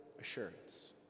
assurance